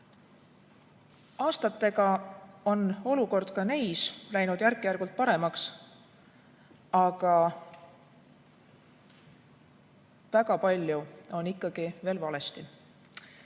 Aastatega on olukord ka neis läinud järk-järgult paremaks, aga väga palju on ikkagi veel valesti.